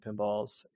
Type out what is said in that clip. pinballs